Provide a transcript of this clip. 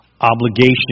obligation